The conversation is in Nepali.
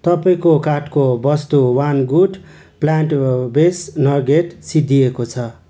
तपाईँको कार्टको वस्तु one good plant based nugget सिद्धिएको छ